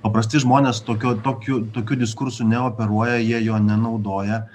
paprasti žmonės tokio tokiu tokiu diskursu neoperuoja jie jo nenaudoja